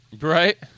Right